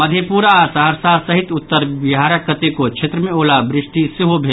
मधेपुरा आ सहरसा सहित उत्तर बिहारक कतेको क्षेत्र मे ओलावृष्टि सेहो भेल